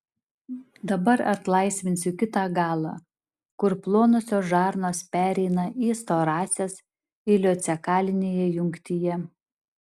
dabar atlaisvinsiu kitą galą kur plonosios žarnos pereina į storąsias ileocekalinėje jungtyje